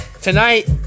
tonight